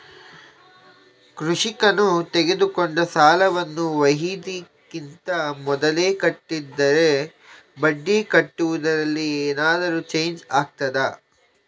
ಕೃಷಿಕನು ತೆಗೆದುಕೊಂಡ ಸಾಲವನ್ನು ವಾಯಿದೆಗಿಂತ ಮೊದಲೇ ಕಟ್ಟಿದರೆ ಬಡ್ಡಿ ಕಟ್ಟುವುದರಲ್ಲಿ ಏನಾದರೂ ಚೇಂಜ್ ಆಗ್ತದಾ?